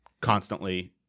constantly